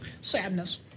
Sadness